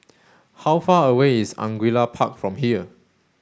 how far away is Angullia Park from here